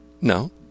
No